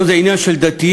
או שזה עניין של דתיים,